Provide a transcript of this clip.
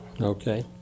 Okay